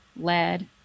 lead